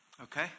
Okay